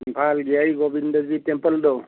ꯏꯝꯐꯥꯜꯒꯤ ꯑꯩ ꯒꯣꯕꯤꯟꯗꯖꯤ ꯇꯦꯝꯄꯜꯗꯣ